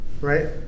right